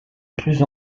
plus